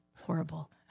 horrible